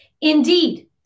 Indeed